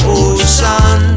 ocean